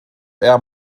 air